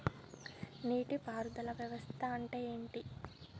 నీటి పారుదల వ్యవస్థ అంటే ఏంటి?